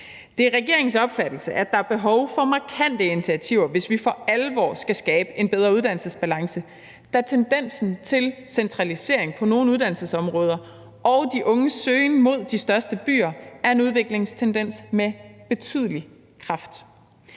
Det er regeringens opfattelse, at der er behov for markante initiativer, hvis vi for alvor skal skabe en bedre uddannelsesbalance, da tendensen til centralisering på nogle uddannelsesområder og de unges søgning mod de største byer er en udviklingstendens med betydelig kraft.